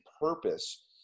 purpose